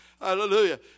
Hallelujah